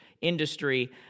industry